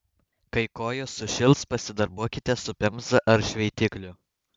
kai kojos sušils pasidarbuokite su pemza ar šveitikliu